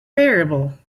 variable